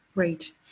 Great